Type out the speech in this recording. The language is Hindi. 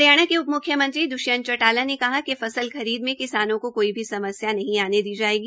हरियाणा के उपम्ख्यमंत्री द्ष्यंत चौटाला ने कहा कि फसल खरीद में किसानों को कोई भी समस्या आड़े नहीं आने दी जाएगी